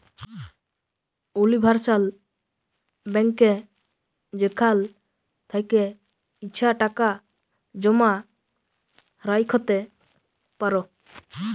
universal ব্যাংকে যেখাল থ্যাকে ইছা টাকা জমা রাইখতে পার